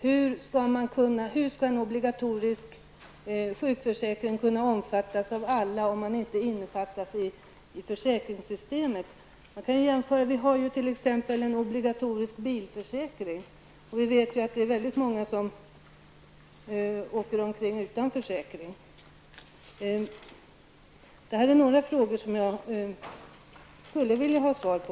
Hur skall en obligatorisk sjukförsäkring kunna omfattas av alla om man inte innefattas i försäkringssystemet? Man kan göra en jämförelse med den obligatoriska bilförsäkringen. Och vi vet ju att det är många som åker omkring utan försäkring. Detta är några frågor som jag skulle vilja ha svar på.